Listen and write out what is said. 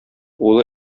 улы